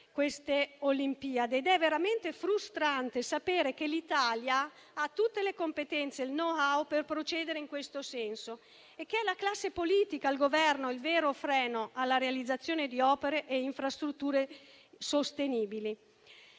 ferroviarie ed è veramente frustrante sapere che l'Italia ha tutte le competenze e il *know-how* per procedere in questo senso e che è la classe politica al Governo il vero freno alla realizzazione di opere e infrastrutture sostenibili.